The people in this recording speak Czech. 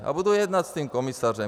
A budu jednat s tím komisařem.